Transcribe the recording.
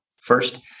first